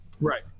Right